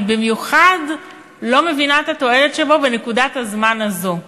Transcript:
אני במיוחד לא מבינה את התועלת שבו בנקודת הזמן הזו.